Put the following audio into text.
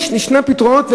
יש פתרונות,